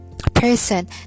person